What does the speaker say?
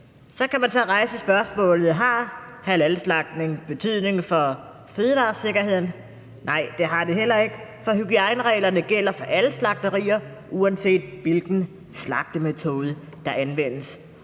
Så kan man så rejse spørgsmålet: Har halalslagtning betydning for fødevaresikkerheden? Nej, det har det heller ikke, for hygiejnereglerne gælder for alle slagterier, uanset hvilken slagtemetode der anvendes.